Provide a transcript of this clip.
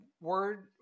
word